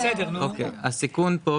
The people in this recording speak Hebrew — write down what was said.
הסיכון פה,